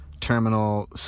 Terminal